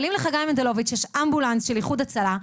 אבל אם לחגי מנדלוביץ' יש אמבולנס של איחוד הצלה,